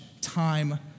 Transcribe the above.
time